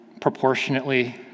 proportionately